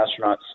astronauts